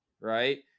right